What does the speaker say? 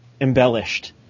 embellished